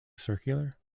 circular